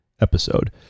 episode